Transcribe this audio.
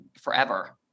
forever